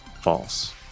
false